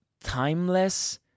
timeless